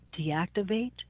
deactivate